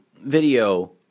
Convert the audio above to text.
video